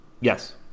Yes